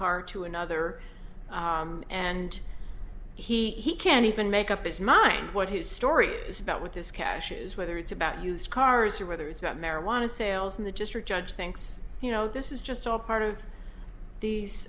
car to another and he can't even make up his mind what his story is about what this cash is whether it's about used cars or whether it's about marijuana sales and the district judge thinks you know this is just all part of the